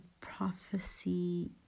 prophecy